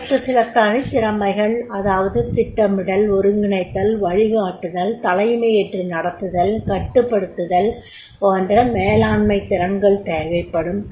அதற்கு சில தனித்திறமைகள் அதாவது திட்டமிடல் ஒருங்கிணைத்தல் வழிகாட்டுதல் தலைமையேற்று நடத்துதல் கட்டுப்படுத்துதல் போன்ற மேலாண்மைத் திறன்கள் தேவைப்படும்